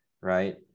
right